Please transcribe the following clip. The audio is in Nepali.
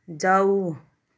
जाऊ